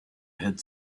had